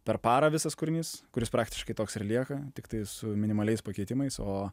per parą visas kūrinys kuris praktiškai toks ir lieka tiktai su minimaliais pakeitimais o